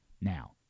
Now